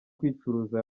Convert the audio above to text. kwicuruza